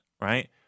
right